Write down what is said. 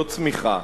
לא צמיחה,